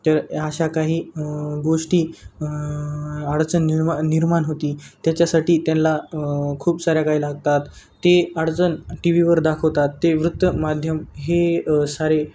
तर अशा काही गोष्टी अडचण निर्मा निर्माण होती त्याच्यासाठी त्यांना खूप साऱ्या काही लागतात ते अडचण टी व्ही वर दाखवतात ते वृत्त माध्यम हे सारे